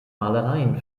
malereien